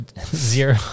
zero